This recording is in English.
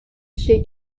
she